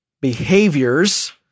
behaviors